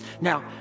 Now